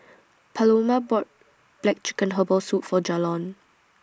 Paloma bought Black Chicken Herbal Soup For Jalon